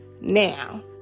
Now